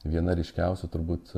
viena ryškiausių turbūt